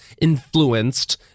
influenced